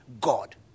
God